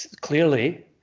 clearly